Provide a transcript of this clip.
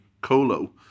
Colo